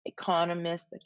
economists